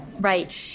right